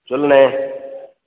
சொல்லுண்ணே